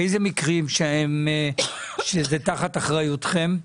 שהם תחת אחריותכם?